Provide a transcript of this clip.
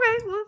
Okay